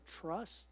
trust